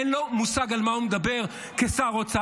אין לו מושג על מה הוא מדבר כשר אוצר,